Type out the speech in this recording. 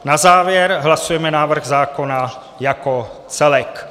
Na závěr hlasujeme návrh zákona jako celek.